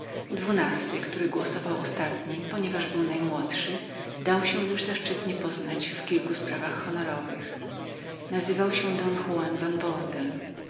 dwunasty który głosował ostatni ponieważ był najmłodszym dał się już zaszczytnie poznać w kilku sprawach honorowych nazywał się don